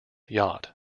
yacht